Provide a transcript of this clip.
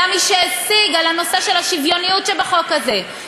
היה מי שהשיג על הנושא של השוויוניות שבחוק הזה,